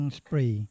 spray